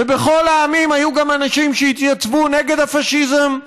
ובכל העמים היו גם אנשים שהתייצבו נגד הפאשיזם,